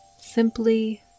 Simply